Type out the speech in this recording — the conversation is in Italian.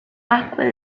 acque